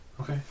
Okay